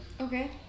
Okay